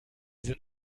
sind